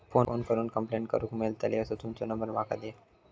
Phone करून complaint करूक मेलतली असो तुमचो नंबर माका दिया?